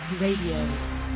Radio